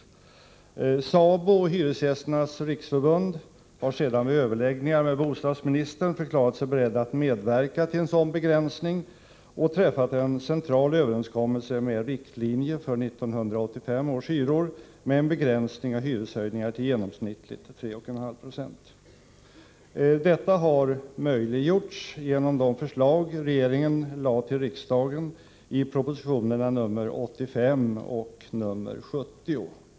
SABO och Hyresgästernas riksförbund har sedan, i överläggningar med bostadsministern, förklarat sig beredda att medverka till en sådan begränsning, och de har träffat en central överenskommelse med riktlinjer för 1985 års hyror vilken innebär en begränsning av hyreshöjningarna till genomsnittligt 3,5 7. Detta har möjliggjorts genom de förslag som regeringen lade fram för riksdagen i propositionerna nr 85 och nr 70.